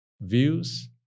views